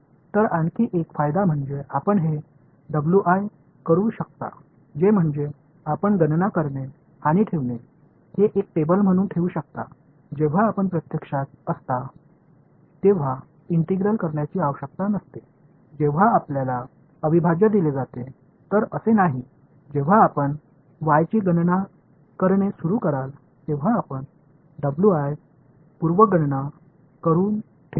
तर आणखी एक फायदा म्हणजे आपण हे करू शकता ते म्हणजे आपण गणना करणे आणि ठेवणे हे एक टेबल म्हणून ठेवू शकता जेव्हा आपण प्रत्यक्षात असता तेव्हा इंटिग्रल करण्याची आवश्यकता नसते जेव्हा आपल्याला अविभाज्य दिले जाते तर असे नाही जेव्हा आपण वाईची गणना करणे सुरू कराल तेव्हा आपण पूर्वगणना करुन ठेवू शकता